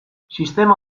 sistema